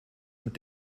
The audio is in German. mit